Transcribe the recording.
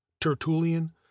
tertullian